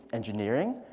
engineering,